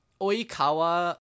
Oikawa